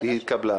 היא נשמעה